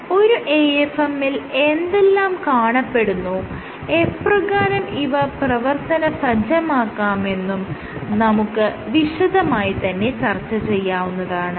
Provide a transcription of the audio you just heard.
ഒരു AFM ൽ എന്തെല്ലാം കാണപ്പെടുന്നു എപ്രകാരം ഇവ പ്രവർത്തന സജ്ജമാക്കാമെന്നും നമുക്ക് വിശദമായി തന്നെ ചർച്ച ചെയ്യാവുന്നതാണ്